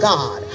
God